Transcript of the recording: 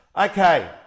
okay